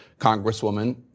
Congresswoman